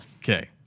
okay